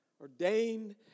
Ordained